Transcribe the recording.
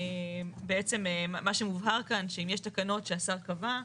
בעצם מה שמובהר כאן שאם יש תקנות שהשר קבע,